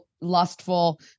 lustful